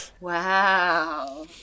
Wow